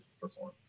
perform